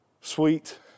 Sweet